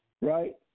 right